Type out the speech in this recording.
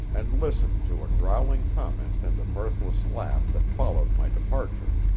and listened to a growling comment and a mirthless laugh that followed my departure.